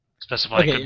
specify